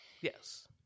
Yes